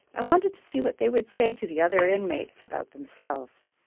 i wanted to see what they would say to the other inmates about themselves.